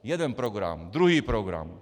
Jeden program, druhý program!